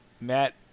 Matt